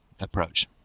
approach